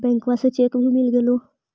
बैंकवा से चेक भी मिलगेलो?